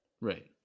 right